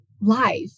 life